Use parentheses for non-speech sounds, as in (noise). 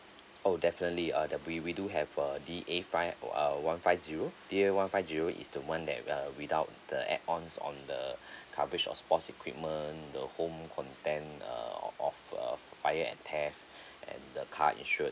oh definitely uh the we we do have uh D A five or uh one five zero D A one five zero is the one that uh without the add ons on the (breath) coverage of sports equipment the home content err of a fire and theft (breath) and the car insured